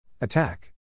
Attack